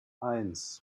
eins